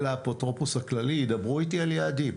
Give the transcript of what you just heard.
האפוטרופוס הכללי ידברו איתי על יעדים.